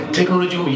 Technology